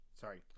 Sorry